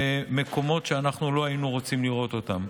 במקומות שאנחנו לא היינו רוצים לראות אותם.